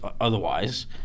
otherwise